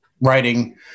writing